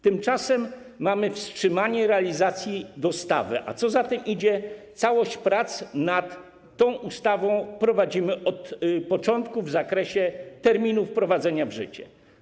Tymczasem mamy wstrzymanie realizacji dostawy, a co za tym idzie - całość prac nad tą ustawą prowadzimy od początku w zakresie terminu wprowadzenia w życie.